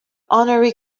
honorary